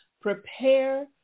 prepare